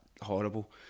horrible